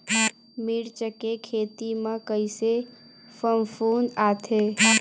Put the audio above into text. मिर्च के खेती म कइसे फफूंद आथे?